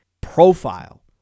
profile